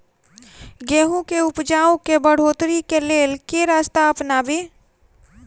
गेंहूँ केँ उपजाउ केँ बढ़ोतरी केँ लेल केँ रास्ता अपनाबी?